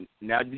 Now